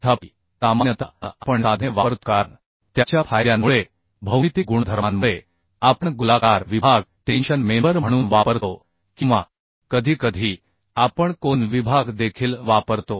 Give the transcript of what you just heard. तथापि सामान्यतः आपण साधने वापरतो कारण त्याच्या फायद्यांमुळे भौमितिक गुणधर्मांमुळे आपण गोलाकार विभाग टेंशन मेंबर म्हणून वापरतो किंवा कधीकधी आपण कोन विभाग देखील वापरतो